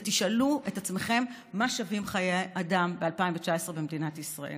ותשאלו את עצמכם מה שווים חיי האדם ב-2019 במדינת ישראל.